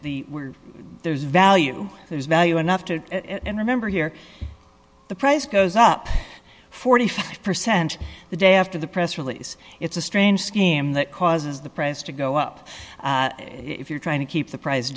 e there's value there's value enough to remember here the price goes up forty five percent the day after the press release it's a strange scheme that causes the price to go up if you're trying to keep the pri